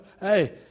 hey